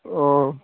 অঁ